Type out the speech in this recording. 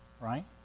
right